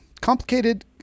complicated